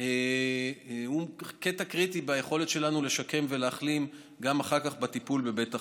הם קטע קריטי ביכולת שלנו לשקם ולהחלים גם אחר כך בטיפול בבית החולים.